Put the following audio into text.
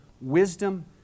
wisdom